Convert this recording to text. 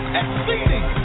exceeding